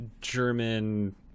German